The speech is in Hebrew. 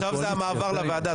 עכשיו זה מעבר לוועדה,